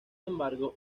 embargo